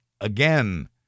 again